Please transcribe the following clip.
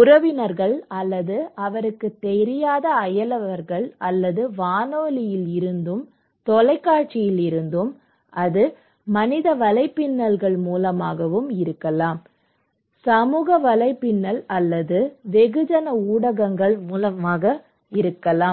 உறவினர்கள் அல்லது அவருக்குத் தெரியாத அயலவர்கள் அல்லது வானொலியில் இருந்து தொலைக்காட்சியில் இருந்து அது மனித வலைப்பின்னல் மூலமாக இருக்கலாம் அது சமூக வலைப்பின்னல் அல்லது வெகுஜன ஊடகங்கள் மூலமாக இருக்கலாம்